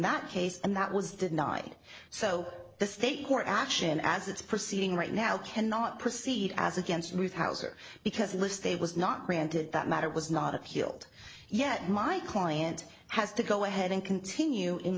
that case and that was denied so the state court action as it's proceeding right now cannot proceed as against ruth hauser because list state was not granted that matter was not healed yet my client has to go ahead and continue in